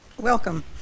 Welcome